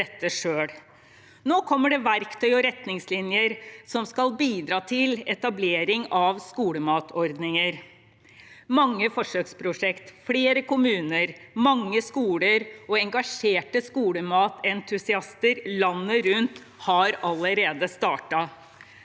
Nå kommer det verktøy og retningslinjer som skal bidra til etablering av skolematordninger. Mange forsøksprosjekter, flere kommuner, mange skoler og engasjerte skolematentusiaster landet rundt har allerede startet.